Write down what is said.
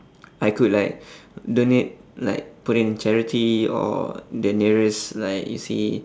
I could like donate like put it in charity or the nearest like you see